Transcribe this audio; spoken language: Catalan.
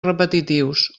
repetitius